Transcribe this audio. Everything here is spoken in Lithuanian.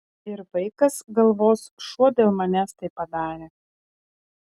ir vaikas galvos šuo dėl manęs tai padarė